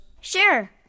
Sure